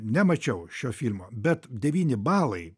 nemačiau šio filmo bet devyni balai